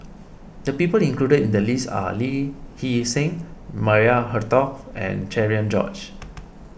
the people included in the list are Lee Hee Seng Maria Hertogh and Cherian George